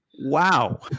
Wow